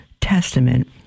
Testament